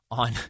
on